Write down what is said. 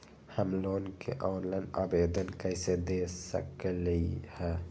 हम लोन के ऑनलाइन आवेदन कईसे दे सकलई ह?